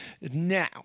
Now